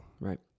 Right